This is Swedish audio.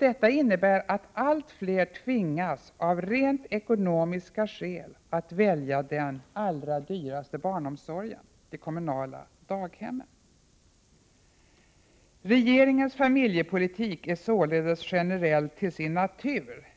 Det innebär att allt fler tvingas av rent ekonomiska skäl att välja den allra dyraste barnomsorgen, de kommunala daghemmen. ”Regeringens familjepolitik är således generell till sin natur.